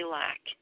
lack